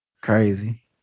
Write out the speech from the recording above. Crazy